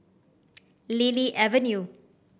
Lily Avenue